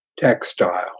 textile